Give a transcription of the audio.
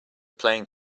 playing